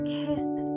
kissed